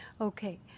Okay